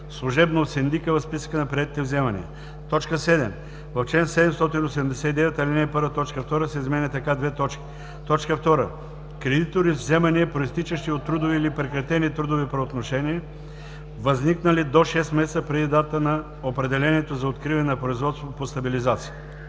служебно от синдика в списъка на приетите вземания.“ 7. В чл. 789, ал. 1 т. 2 се изменя така: „2. кредитори с вземания, произтичащи от трудови или прекратени трудови правоотношения, възниквали до 6 месеца преди датата на определението за откриване на производство по стабилизация;“.“